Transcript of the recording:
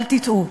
אל תטעו,